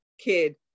kid